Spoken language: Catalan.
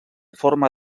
forma